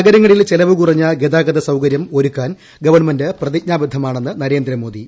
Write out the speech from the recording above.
നഗരങ്ങളിൽ ചെലവ് കുറഞ്ഞ ഗതാഗത സൌകര്യം ഒരുക്കാൻ ഗവണമെന്റ് പ്രതിജ്ഞാബദ്ധമെന്ന് നരേന്ദ്രമോദി